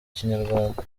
kinyarwanda